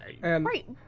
right